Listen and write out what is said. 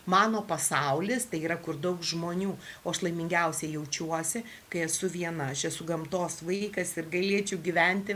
mano pasaulis tai yra kur daug žmonių o aš laimingiausia jaučiuosi kai esu viena aš esu gamtos vaikas ir galėčiau gyventi